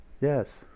Yes